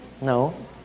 No